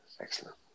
Excellent